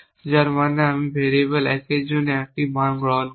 যার মানে যদি আমি ভেরিয়েবল 1 এর জন্য একটি মান গ্রহণ করি